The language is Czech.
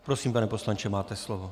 Prosím, pane poslanče, máte slovo.